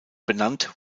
benannt